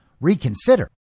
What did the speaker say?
reconsider